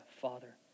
Father